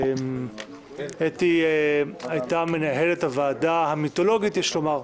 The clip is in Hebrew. אתי הייתה מנהלת הוועדה, המיתולוגית יש לומר,